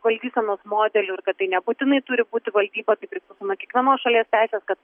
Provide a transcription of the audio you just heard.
valdysenos modelių ir kad tai nebūtinai turi būti valdyba tai priklauso nuo kiekvienos šalies teisės kad